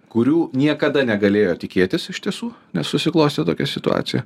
kurių niekada negalėjo tikėtis iš tiesų nes susiklostė tokia situacija